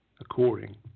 according